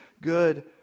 good